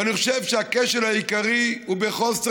ואני חושב שהכשל העיקרי הוא בחוסר